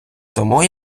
тому